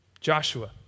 Joshua